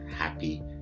happy